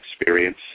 experience